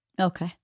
Okay